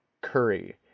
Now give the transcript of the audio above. Curry